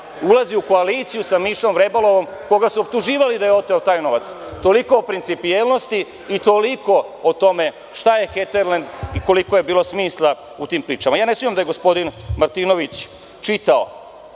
ulazi u koaliciju sa Mišom Vrebalom koga su optuživali da je oteo taj novac. Toliko o principijelnosti i toliko o tome šta je „Heterlend“ i koliko je bilo smisla u tim pričama. Ne sumnjam da je gospodin Martinović čitao